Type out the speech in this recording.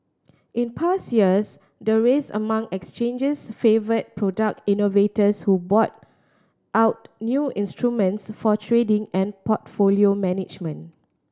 in past years the race among exchanges favoured product innovators who brought out new instruments for trading and portfolio management